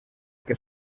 que